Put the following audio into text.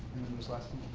this last one.